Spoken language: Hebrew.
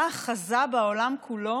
ומכל צד יש בעיות,